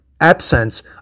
absence